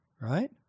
Right